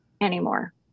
anymore